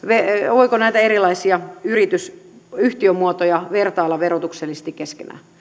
voiko näitä erilaisia yhtiömuotoja vertailla verotuksellisesti keskenään